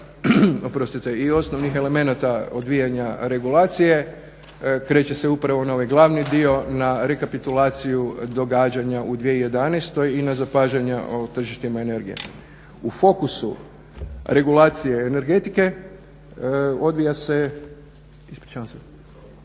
i osnovnih elemenata odvijanja regulacije kreće se upravo na ovaj glavni dio na rekapitulaciju događanja u 2011.i na zapažanja o tržištima energije. U fokusu regulacije energetske djelatnosti